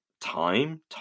time